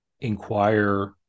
inquire